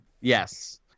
Yes